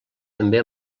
també